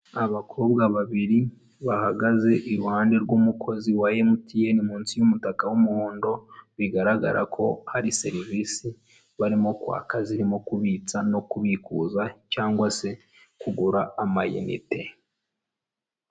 Abakobwa babiri bahagaze iruhande rw'umukozi wa emutiyeni munsi y'umutaka w'umuhondo, bigaragara ko hari serivisi barimo kwaka, zirimo kubitsa no kubikuza, cyangwa se kugura amayinite.